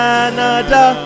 Canada